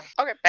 okay